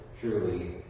Truly